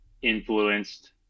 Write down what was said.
influenced